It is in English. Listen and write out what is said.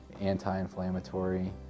anti-inflammatory